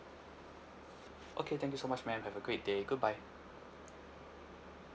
okay thank you so much madam have a great day goodbye